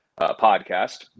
podcast